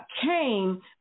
came